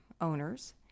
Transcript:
owners